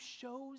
shows